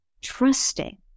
trusting